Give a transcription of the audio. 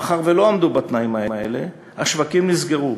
מאחר שלא עמדו בתנאים האלה, השווקים נסגרו.